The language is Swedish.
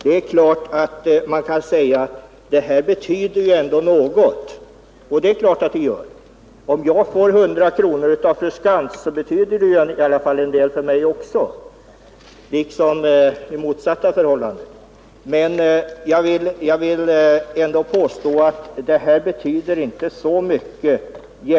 Det är klart att man kan säga att detta ändå betyder något, och det gör det givetvis. Om jag får 100 kronor av fru Skantz så betyder det i alla fall en del för mig också, liksom det motsatta förhållandet. Men jag vill ändå påstå att detta inte betyder så mycket.